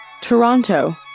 Toronto